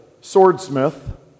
swordsmith